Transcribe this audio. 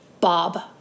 bob